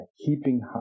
keeping